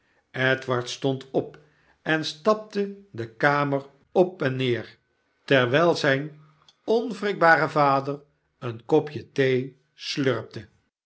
edward stond op en stapte de kamer op en neer terwijl zijn onwrikbare vader een kopje thee slurpte